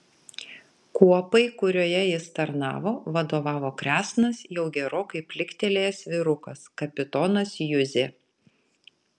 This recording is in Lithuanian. kuopai kurioje jis tarnavo vadovavo kresnas jau gerokai pliktelėjęs vyrukas kapitonas juzė